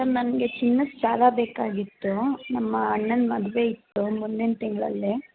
sir ನನಗೆ ಚಿನ್ನದ ಸಾಲ ಬೇಕಾಗಿತ್ತು ನಮ್ಮ ಅಣ್ಣನ ಮದುವೆ ಇತ್ತು ಮುಂದಿನ ತಿಂಗಳಲ್ಲಿ